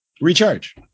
recharge